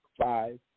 five